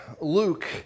Luke